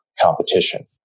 competition